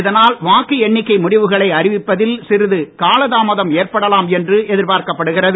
இதனால் வாக்கு எண்ணிக்கை முடிவுகளை அறிவிப்பதில் சிறிது காலதாமதம் ஏற்படலாம் என்று எதிர்ப்பார்க்கப்படுகிறது